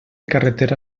carretera